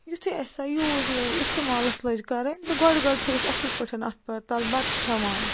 یُتھُے اَسہِ سۄ یوٗز لٲۍ اِستعمالَس لٲج کَرٕنۍ تہٕ گۄڈٕ گۄڈٕ چھِ اَصٕل پٲٹھۍ اَتھ تَل بَتہٕ کھٮ۪وان